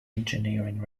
engineering